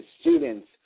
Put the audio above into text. students